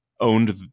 owned